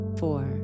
four